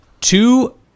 two